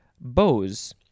Bose